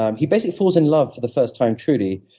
um he basically falls in love for the first time truly.